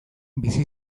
bizi